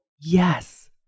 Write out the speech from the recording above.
Yes